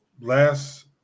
last